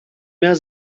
mehr